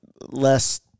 less